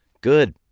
Good